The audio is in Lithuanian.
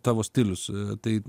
tavo stilius tai